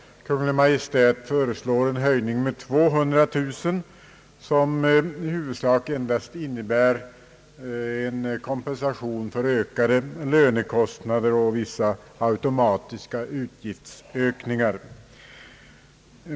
Kungl. Maj:t föreslår en höjning med 200 000 kronor, vilken summa i huvudsak endast utgör kompensation för ökade lönekostnader och vissa automatiska utgiftsökningar.